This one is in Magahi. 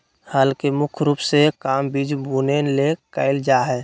हल के मुख्य रूप से काम बिज बुने ले कयल जा हइ